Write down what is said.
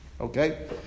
Okay